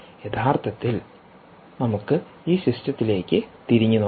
യഥാർത്ഥത്തിൽ നമുക്ക് ഈ സിസ്റ്റത്തിലേക്ക്തിരിഞ്ഞുനോക്കാം